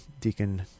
Deacon